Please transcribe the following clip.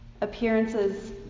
appearances